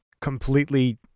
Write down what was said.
completely